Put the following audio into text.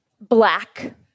Black